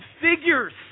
figures